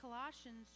Colossians